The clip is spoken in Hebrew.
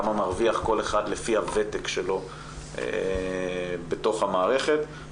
כמה מרוויח כל אחד לפי הוותק שלו בתוך המערכת.